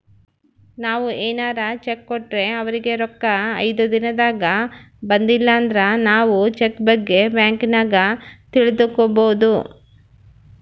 ನಾವು ಏನಾರ ಚೆಕ್ ಕೊಟ್ರೆ ಅವರಿಗೆ ರೊಕ್ಕ ಐದು ದಿನದಾಗ ಬಂದಿಲಂದ್ರ ನಾವು ಚೆಕ್ ಬಗ್ಗೆ ಬ್ಯಾಂಕಿನಾಗ ತಿಳಿದುಕೊಬೊದು